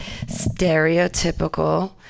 stereotypical